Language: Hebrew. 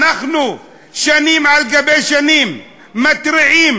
אנחנו שנים על שנים מתריעים